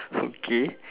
okay